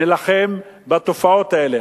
נילחם בתופעות האלה.